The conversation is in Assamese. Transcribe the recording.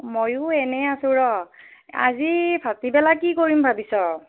ময়ো এনেই আছোঁ ৰ' আজি ভাতিবেলা কি কৰিম বুলি ভাবিছ'